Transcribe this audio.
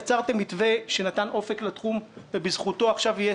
יצרתם מתווה שנתן אופק לתחום ובזכותו יהיה